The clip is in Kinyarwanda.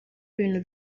ibintu